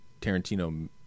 Tarantino